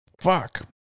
Fuck